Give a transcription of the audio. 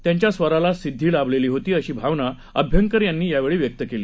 त्यांच्यास्वरालासिद्धीलाभलेलीहोती अशीभावनाअभ्यंकरयांनीयावेळीव्यक्तकेली